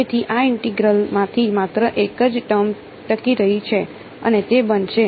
તેથી આ ઇન્ટેગ્રલ માંથી માત્ર એક જ ટર્મ ટકી રહ્યું છે અને તે બનશે